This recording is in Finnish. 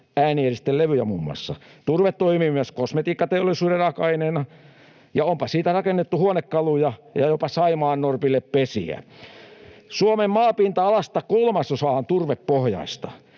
äänieristelevyjä. Turve toimii myös kosmetiikkateollisuuden raaka-aineena, ja onpa siitä rakennettu huonekaluja ja jopa saimaannorpille pesiä. Suomen maapinta-alasta kolmasosa on turvepohjaista.